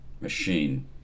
machine